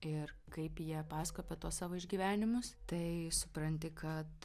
ir kaip jie pasakoja apie tuos savo išgyvenimus tai supranti kad